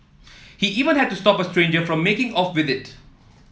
he even had to stop a stranger from making off with it